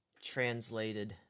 Translated